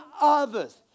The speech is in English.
others